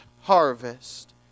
harvest